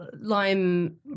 Lime